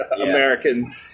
american